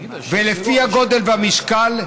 לפי הגודל והמשקל,